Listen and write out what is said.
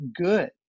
good